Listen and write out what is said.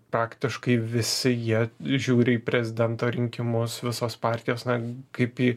praktiškai visi jie žiūri į prezidento rinkimus visos partijos na kaip į